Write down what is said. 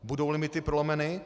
Budou limity prolomeny?